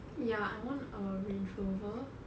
ya I want a range rover